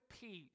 peace